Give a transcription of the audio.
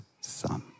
son